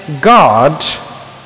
God